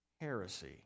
heresy